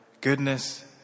goodness